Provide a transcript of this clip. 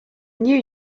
knew